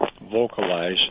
vocalize